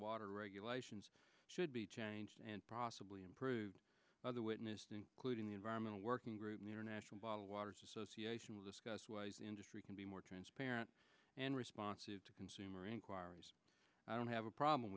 water regulations should be changed and profitably improve other witnessed including the environmental working group in the international bottled waters association will discuss ways industry can be more transparent and responsive to consumer inquiries i don't have a problem